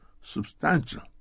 substantial